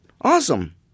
Awesome